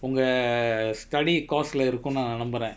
உங்க:unga study course lah இருக்குனு நா நம்புற:irukunu naa nambura